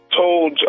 told